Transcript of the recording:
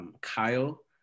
Kyle